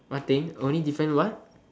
what thing only different what